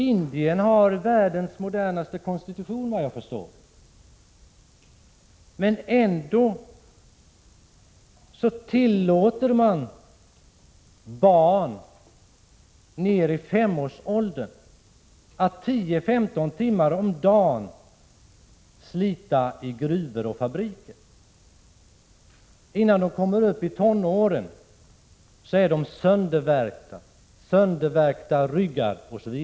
Indien har världens modernaste konstitution, vad jag förstår. Ändå tillåter man att barn ända nere i femårsåldern sliter tio-femton timmar om dagen i gruvor och fabriker. Innan de kommer upp i tonåren är deras ryggar söndervärkta.